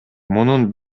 мунун